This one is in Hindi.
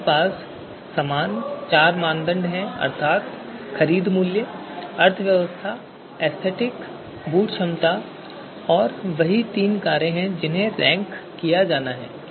हमारे पास समान चार मानदंड हैं अर्थात् खरीद मूल्य अर्थव्यवस्था एस्थेटिक बूट क्षमता और वही तीन कारें जिन्हें रैंक किया जाना है